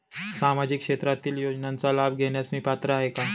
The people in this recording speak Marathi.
सामाजिक क्षेत्रातील योजनांचा लाभ घेण्यास मी पात्र आहे का?